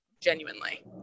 Genuinely